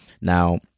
Now